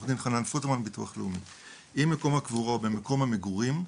אם מקום הקבורה הוא במקום המגורים,